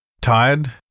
Tired